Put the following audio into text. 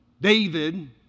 David